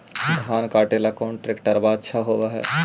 धान कटे ला कौन ट्रैक्टर अच्छा होबा है?